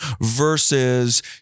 Versus